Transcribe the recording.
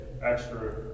extra